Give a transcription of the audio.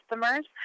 customers